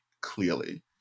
clearly